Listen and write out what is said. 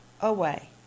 away